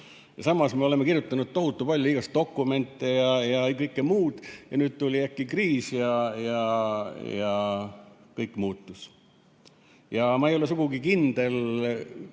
Samas me oleme kirjutanud tohutu palju igasuguseid dokumente ja kõike muud ja nüüd tuli äkki kriis ja kõik muutus. Ma ei ole sugugi kindel,